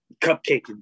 cupcaking